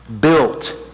built